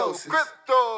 crypto